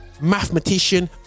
mathematician